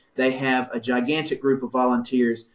they have a gigantic group of volunteers,